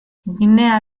ginea